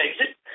exit